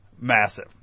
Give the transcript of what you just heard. Massive